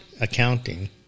accounting